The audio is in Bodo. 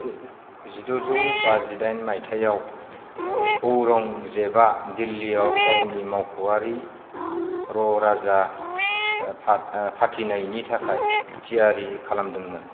जिद'जौ बाजिदाइन मायथाइयाव औरंगजेबआ दिल्लीयाव गावनि मावख'आरि रौराजा फाथिनायनि थाखाय थियारि खालामदोंमोन